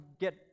get